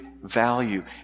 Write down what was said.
Value